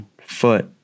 foot